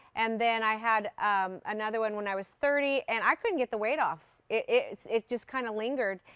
and then i had another one when i was thirty. and i couldn't get the weight off, it just kind of lingered.